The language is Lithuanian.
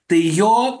tai jo